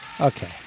Okay